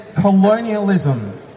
colonialism